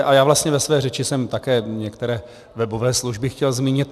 A já vlastně ve své řeči jsem také některé webové služby chtěl zmínit.